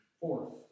Fourth